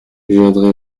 viendrai